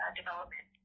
development